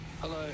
Hello